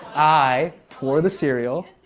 i pour the cereal,